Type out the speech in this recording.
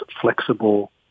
flexible